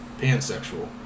Pansexual